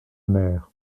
mère